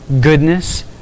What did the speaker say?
goodness